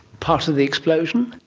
part of the explosion?